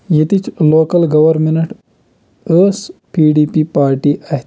ییٚتِچ local government ٲس P D P party اَتھِ